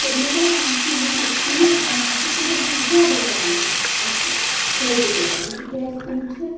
تہٕ مےٚ باسان چھِ یِم أسۍ تیٖر اَنان چھِ تِمَن چھِ زیادَے پانَس اَسہِ فٲیدٕ مِلان تِکیٛازِ تِم چھِ